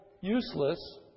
useless